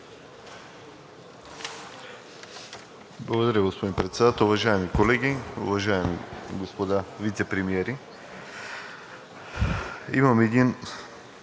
Благодаря, господин Председател! Уважаеми колеги, уважаеми господа вицепремиери! Имам един